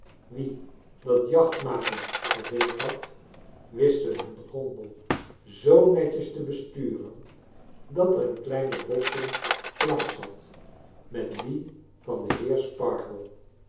wien dat jachtmaken verveeld had wisten hun gondel zoo netjes te besturen dat er een kleine botsing plaats had met die van den heer sparkler